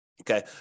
Okay